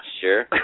Sure